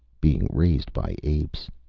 being raised by apes.